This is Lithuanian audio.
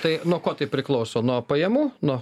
tai nuo ko tai priklauso nuo pajamų nuo